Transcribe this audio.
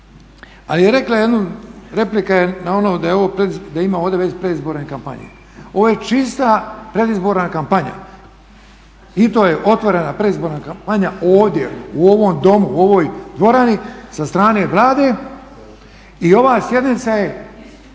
Ali je rekla, replika je na ono da ima ovdje već predizborne kampanje. Ovo je čista predizborna kampanja i to je otvorena predizborna kampanja ovdje u ovom Domu, u ovoj dvorani sa strane Vlade i ova sjednica je